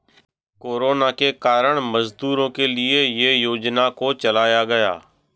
corona के कारण मजदूरों के लिए ये योजना को चलाया गया